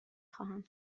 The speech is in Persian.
خواهم